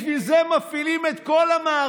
בשביל זה מפעילים את כל המערכת?